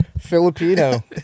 Filipino